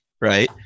right